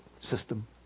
system